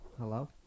Hello